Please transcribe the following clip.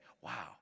wow